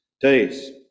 days